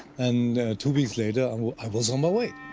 and two weeks later um i was on my way.